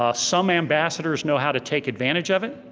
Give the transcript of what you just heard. ah some ambassadors know how to take advantage of it.